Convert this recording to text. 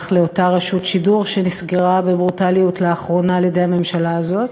השייך לאותה רשות שידור שנסגרה בברוטליות לאחרונה על-ידי הממשלה הזאת,